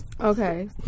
Okay